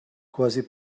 quasi